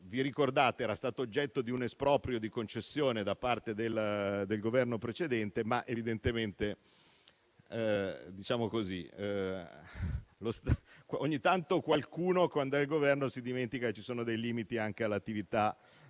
ricorderete - era stata oggetto di un esproprio di concessione da parte del Governo precedente. Evidentemente, ogni tanto qualcuno, quando è al Governo, si dimentica che ci sono dei limiti anche all'attività